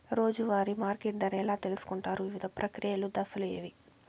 రోజూ వారి మార్కెట్ ధర ఎలా తెలుసుకొంటారు వివిధ ప్రక్రియలు దశలు ఏవి?